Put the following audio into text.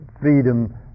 freedom